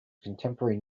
contemporary